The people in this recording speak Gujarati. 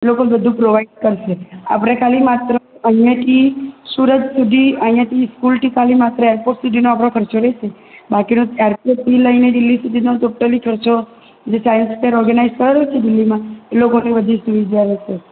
એ લોકોને બધું પ્રોવાઈડ કરશે આપણે ખાલી માત્ર અહીંયાથી સુરત સુધી અહીંયાથી સ્કૂલથી ખાલી માત્ર એરપોર્ટ સુધીનો આપણો ખર્ચો રેહેશે બાકીનો એરપોર્ટથી લઈને દિલ્હી સુધીનો ટોટલી ખર્ચો જે સાઇન્સ ફેર ઓર્ગનાઈજ કરેલો છે દિલ્હીમાં એ લોકોની બધી જ સુવિધા રહેશે